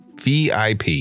vip